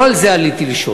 לא על זה עליתי לשאול.